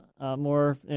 more